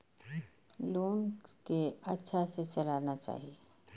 Loan के अच्छा से चलाना चाहि?